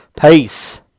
Peace